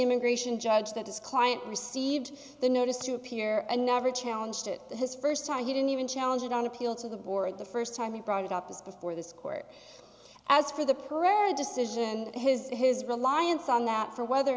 immigration judge that his client received the notice to appear and never challenged it his st time he didn't even challenge it on appeal to the board the st time he brought it up as before this court as for the pereira decision and his his reliance on that for whether or